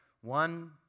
one